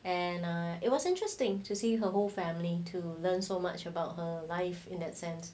and err it was interesting to see her whole family to learn so much about her life in that sense